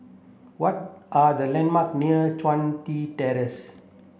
what are the landmark near Chun Tin Terrace